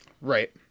Right